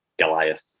Goliath